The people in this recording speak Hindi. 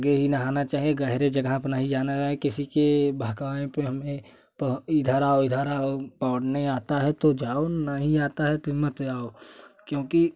आगे ही नहाना चाहिए गहरी जगह पर नहीं जाना चाहिए किसी के बहकावे पर हमें तो इधर आओ इधर आओ पौढ़ने आता है तो जाओ नहीं आता है तो मत जाओ क्योंकि